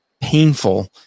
painful